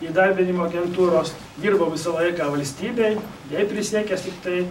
įdarbinimo agentūros dirbau visą laiką valstybei jai prisiekęs tiktai